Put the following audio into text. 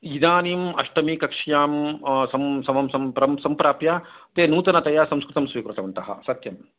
इदानीम् अष्टमी कक्ष्यां समप्राप्य ते नूतनतया संस्कृतं स्वीकृतवन्तः सत्यम्